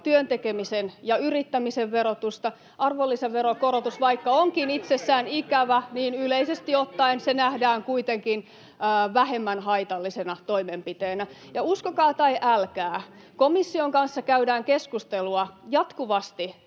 te teette — Välihuutoja vasemmalta] Arvonlisäveron korotus, vaikka onkin itsessään ikävä, yleisesti ottaen nähdään kuitenkin vähemmän haitallisena toimenpiteenä. Ja uskokaa tai älkää, komission kanssa käydään keskustelua jatkuvasti